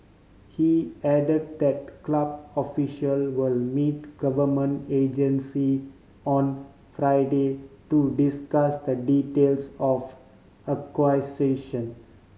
he add that club official will meet government agency on Friday to discuss the details of acquisition